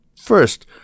first